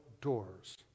doors